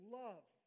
love